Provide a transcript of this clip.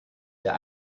der